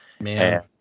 Man